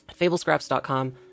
FableScraps.com